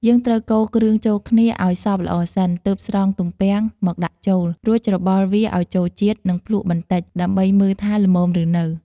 យើងត្រូវកូរគ្រឿងចូលគ្នាឱ្យសព្វល្អសិន ទើបស្រង់ទំពាំងមកដាក់ចូល រួចច្របល់វាឱ្យចូលជាតិ និងភ្លក្សបន្តិច ដើម្បីមើលថាល្មមឬនៅ។